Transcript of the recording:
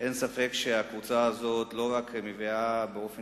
אין ספק שהקבוצה הזאת לא רק מביאה באופן